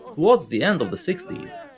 towards the end of the sixties,